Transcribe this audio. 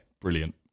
brilliant